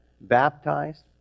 baptized